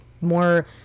more